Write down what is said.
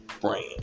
brand